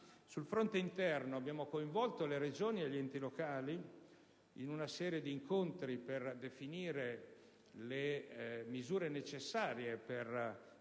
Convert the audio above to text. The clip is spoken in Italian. Sul fronte interno, abbiamo coinvolto le Regioni e gli enti locali in una serie di incontri per definire le misure necessarie per